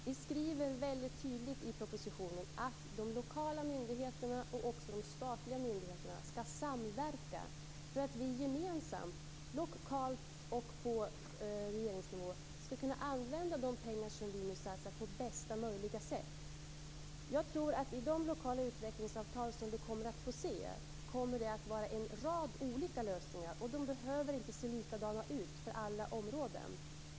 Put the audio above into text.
Vi skriver väldigt tydligt i propositionen att de lokala myndigheterna och de statliga myndigheterna skall samverka för att vi gemensamt skall kunna använda de pengar som nu satsas på bästa möjliga sätt. De lokal och utvecklingsavtal som vi kommer att få se innehåller en rad olika lösningar, och de behöver inte se likadana ut för alla områden.